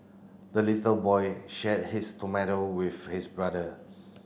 the little boy shared his tomato with his brother